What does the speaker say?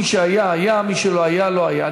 מי שהיה היה, ומי שלא היה לא היה.